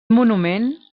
monument